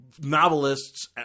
novelists